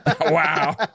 Wow